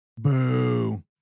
Boo